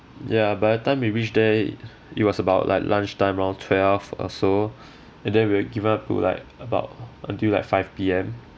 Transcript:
ya by the time we reached there it was about like lunchtime round twelve or so and then we're given up to like about until like five P_M